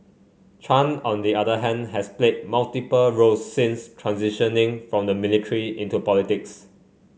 Chan on the other hand has played multiple roles since transitioning from the military into politics